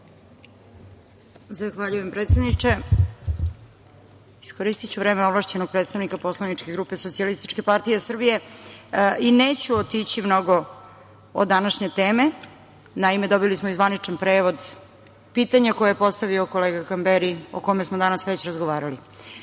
Zahvaljujem, predsedniče. Iskoristiću vreme ovlašćenog predstavnika poslaničke grupe SPS i neću otići mnogo od današnje teme. Naime, dobili smo i zvaničan prevod pitanja koje je postavio kolega Kamberi o kome smo danas već razgovarali.